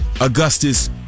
Augustus